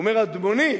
הוא אומר: אדמוני,